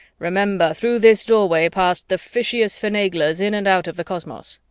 remember, through this doorway pass the fishiest finaglers in and out of the cosmos.